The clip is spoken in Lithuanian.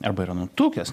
arba yra nutukęs